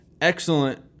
excellent